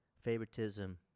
Favoritism